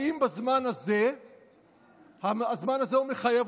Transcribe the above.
האם הזמן הזה הוא מחייב?